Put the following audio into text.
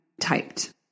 typed